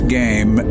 game